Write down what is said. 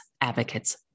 advocates